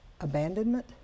abandonment